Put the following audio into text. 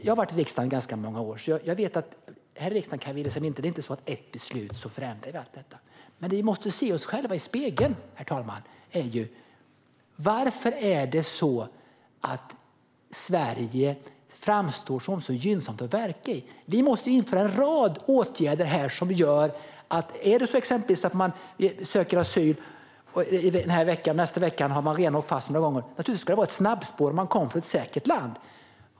Jag har suttit i riksdagen under ganska många år och vet att ett enda beslut inte kan förändra allt detta. Men vi måste se oss själva i spegeln, herr talman. Varför framstår Sverige som så gynnsamt att verka i? Vi måste vidta en rad åtgärder här som gör att man inte kan söka asyl den ena veckan för att redan veckan därpå ha hunnit åka fast några gånger. Men naturligtvis ska det finnas ett snabbspår om man kommer från ett säkert land.